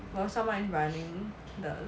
while someone running the